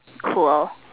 claw